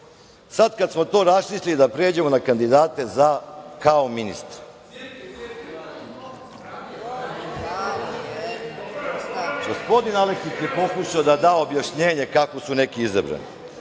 kad smo to raščistili da pređemo na kandidate, za kao ministre. Gospodine Aleksić je pokušao da da objašnjenje kako su neki izabrani.